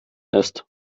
ist